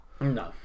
No